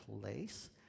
place